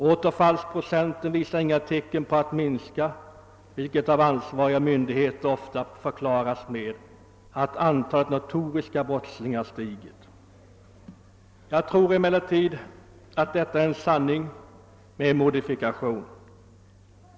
Återfallsprocenten visar inga tecken till att minska, vilket av ansvariga myndigheter ofta förklaras med att antalet notoriska brottslingar stiger. Jag tror emellertid att detta är en sanning med modifikation.